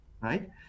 right